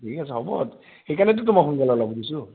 ঠিক আছে হ'ব সেইকাৰণেটো তোমাক সোনকালে ওলাব দিছোঁ